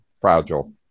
fragile